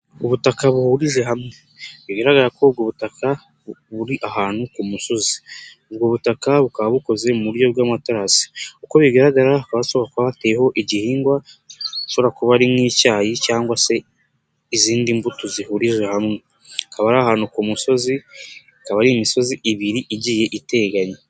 Ubutaka buhurije hamwe, bigaragara ko ubu butaka buri ahantu ku musozi, ubwo butaka bukaba bukoze mu buryo bw'amaterasi, uko bigaragara hakaba hashobora kuba hateyeho igihingwa, gishobora kuba ari nk'icyayi cyangwa se izindi mbuto zihurije hamwe, hakaba ari ahantu ku musozi, ikaba ari imisozi ibiri igiye iteganye.